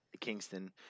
kingston